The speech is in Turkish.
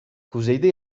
kuzeyde